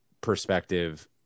perspective